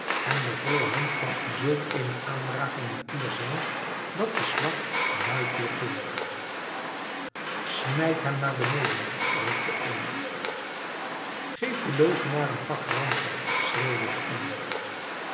en de volle hand kwam in zulk eene aanraking met piers wang dat de slag luid weerklonk smijt hem naar beneden riep de een geef den leugenaar een pak ransel schreeuwde een ander